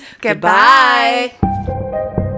Goodbye